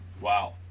wow